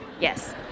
Yes